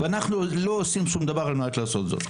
אנחנו לא עושים שום דבר על מנת שזה לא יהיה.